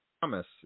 Thomas